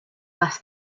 less